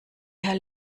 herr